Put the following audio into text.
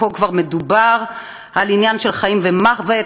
פה כבר מדובר על עניין של חיים ומוות,